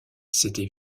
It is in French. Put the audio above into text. s’était